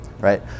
right